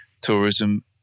tourism